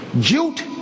Guilt